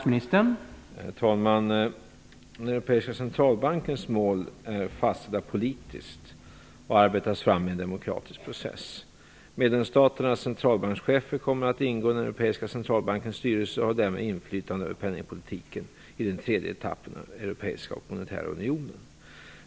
Herr talman! Den europeiska centralbankens mål är politiskt fastlagda och har arbetats fram i en demokratisk process. Medlemsstaternas centralbankschefer kommer att ingå i den europeiska centralbankens styrelse och kommer därmed att ha inflytande över penningpolitiken i den tredje etappen av den europeiska och monetära unionen.